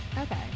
Okay